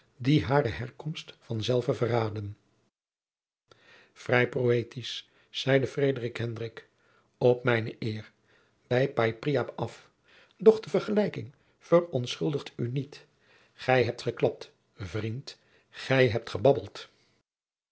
die hare herkomst van zelve verraden vrij poëtisch zeide frederik hendrik op mijne eer bij af doch de vergelijking verontschuldigd u niet gij hebt geklapt vriend gij hebt gebabbeld